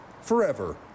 forever